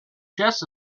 chess